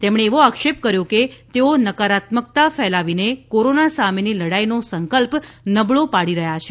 તેમણે એવો આક્ષેપ કર્યો હતો કે તેઓ નકારાત્મકતા ફેલાવીને કોરોના સામેની લડાઈનો સંકલ્પ નબળો પડી રહ્યા છે